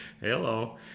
Hello